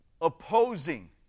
opposing